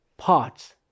parts